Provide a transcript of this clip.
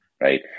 right